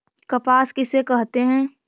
कपास किसे कहते हैं?